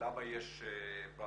למה יש בעיות.